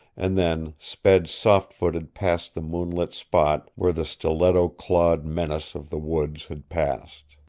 and then sped soft-footed past the moon-lit spot where the stiletto-clawed menace of the woods had passed.